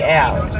out